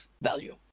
value